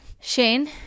Shane